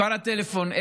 מספר הטלפון: